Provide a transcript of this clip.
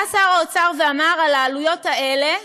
בא שר האוצר ואמר: על העלויות האלה